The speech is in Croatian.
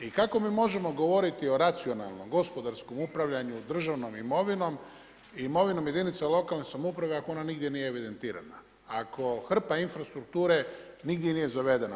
I kako mi možemo govoriti o racionalnom, gospodarskom upravljanju državnom imovinom i imovinom jedinica lokalne samouprave ako ona nigdje nije evidentirana, ako hrpa infrastrukture nigdje nije zavedena.